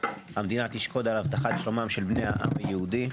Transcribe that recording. המדינה תשקוד על הבטחת שלומם של בני העם היהודי.